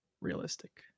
realistic